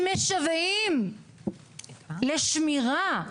שמשוועים לשמירה,